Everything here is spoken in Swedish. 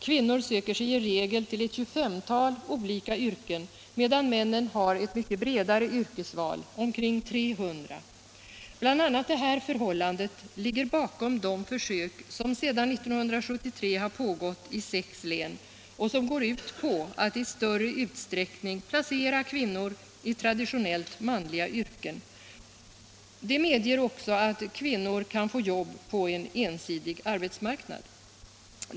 Kvinnor söker sig i regel till ett 25-tal olika yrken, medan männen har ett mycket bredare yrkesval, omkring 300. Bl. a. det här förhållandet ligger bakom de försök som sedan 1973 har pågått i sex län och som går ut på att i större utsträckning placera kvinnor i traditionellt manliga yrken. Det medger också att kvinnor kan få jobb på en ensidig arbetsmarknad.